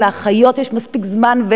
אם לאחיות יש מספיק זמן,